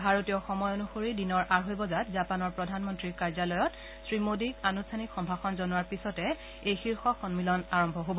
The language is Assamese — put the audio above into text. ভাৰতীয় সময় অনুসৰি দিনৰ আঢ়ৈ বজাত জাপানৰ প্ৰধানমন্ত্ৰীৰ কাৰ্যালয়ত শ্ৰীমোডীক আনুষ্ঠানিক সম্ভাষণ জনোৱাৰ পিছত এই শীৰ্ষ সম্মিলন আৰম্ভ হ'ব